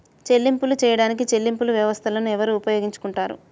చెల్లింపులు చేయడానికి చెల్లింపు వ్యవస్థలను ఎవరు ఉపయోగించుకొంటారు?